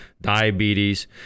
diabetes